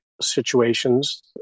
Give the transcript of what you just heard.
situations